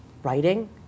writing